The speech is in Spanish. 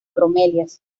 bromelias